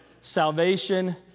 Salvation